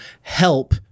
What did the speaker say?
help